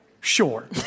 sure